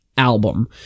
album